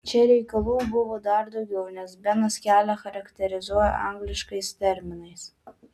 čia reikalų buvo dar daugiau nes benas kelią charakterizuoja angliškais terminais